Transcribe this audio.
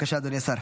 בבקשה, אדוני השר.